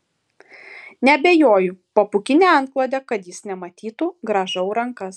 neabejoju po pūkine antklode kad jis nematytų grąžau rankas